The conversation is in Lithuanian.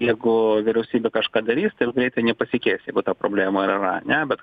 jeigu vyriausybė kažką darys taip greitai nepasikeis tai vat ta problema ir yra ne bet